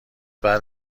بعد